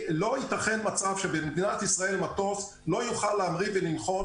לא יתכן מצב שבמדינת ישראל מטוס לא יוכל להמריא ולנחות